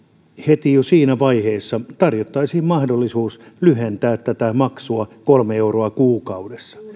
heti jo siinä vaiheessa tarjottaisiin mahdollisuus lyhentää tätä maksua kolme euroa kuukaudessa